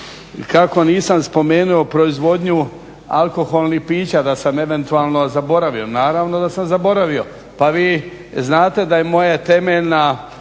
kako nisam spomenuo proizvodnju alkoholnih pića, da sam eventualno zaboravio. Naravno da sam zaboravio. Pa vi znate da je moje temeljna